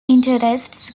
interests